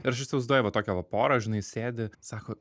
ir aš įsivaizduoju va tokią va porą žinai sėdi sako